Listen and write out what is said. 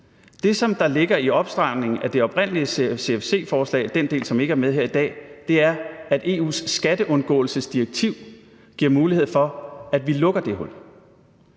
Det, som der ligger i opstramningen af det oprindelige CFC-forslag – den del, som ikke er med her i dag – er, at EU's skatteundgåelsesdirektiv giver mulighed for, at vi lukker det hul.